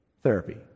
therapy